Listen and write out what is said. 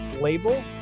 label